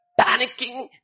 panicking